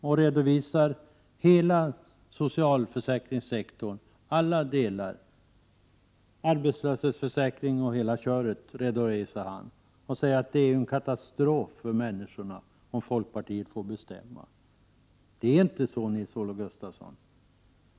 Han redovisar socialförsäkringssektorns alla delar, arbetslöshetsförsäkring och hela köret, och säger att det är en katastrof för människorna om folkpartiet får bestämma. Det är inte så, Nils-Olof Gustafsson.